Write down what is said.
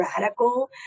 radical